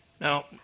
Now